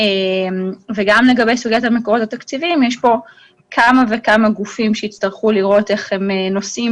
פה כמה וכמה גופים שיצטרכו לראות איך הם נושאים